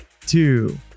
two